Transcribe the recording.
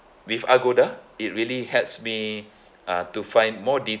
with agoda it really helps me uh to find more